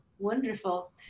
Wonderful